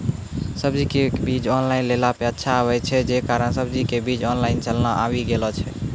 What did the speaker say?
सब्जी के बीज ऑनलाइन लेला पे अच्छा आवे छै, जे कारण सब्जी के बीज ऑनलाइन चलन आवी गेलौ छै?